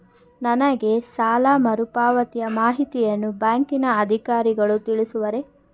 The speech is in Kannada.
ನನಗೆ ಸಾಲ ಮರುಪಾವತಿಯ ಮಾಹಿತಿಯನ್ನು ಬ್ಯಾಂಕಿನ ಅಧಿಕಾರಿಗಳು ತಿಳಿಸುವರೇ?